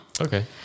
Okay